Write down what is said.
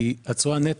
כי התשואה נטו,